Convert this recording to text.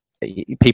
people